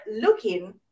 looking